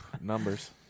Numbers